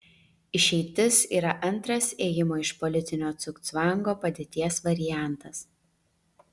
išeitis yra antras ėjimo iš politinio cugcvango padėties variantas